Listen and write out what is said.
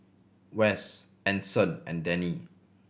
Wess Anson and Dennie